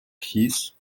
keys